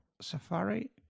Safari